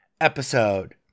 Episode